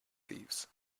thieves